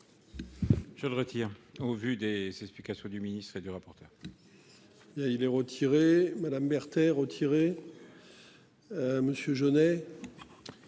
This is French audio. Je le retire au vu des s'explications du ministre et du rapporteur. Il a il est retiré. Madame Beyreuther. Monsieur Jeannet.